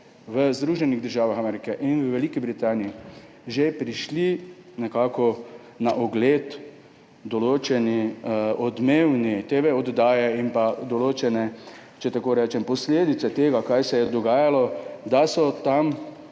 v Združenih državah Amerike in v Veliki Britaniji že prišle na ogled določene odmevne TV-oddaje in določene, če tako rečem, posledice tega, kaj se je dogajalo, da so tam